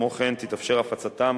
כמו כן, תתאפשר הפצתם